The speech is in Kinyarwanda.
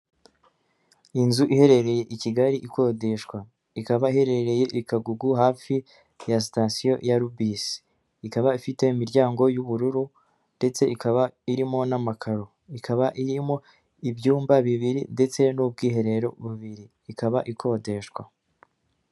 Inzu iherereye i Kigali ikodeshwa, ikaba iherereye i Kagugu hafi ya sitasiyo ya Rubis, ikaba ifite imiryango y'ubururu ndetse ikaba irimo n'amakaro, ikaba irimo ibyumba bibiri ndetse n'ubwiherero bubiri, ikaba ikodeshwa.